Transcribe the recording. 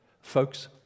Folks